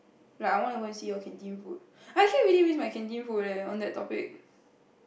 like I want to go and see your canteen food I actually really miss my canteen food leh on that topic